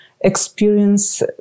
experience